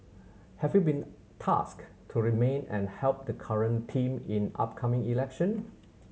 have you been tasked to remain and help the current team in upcoming election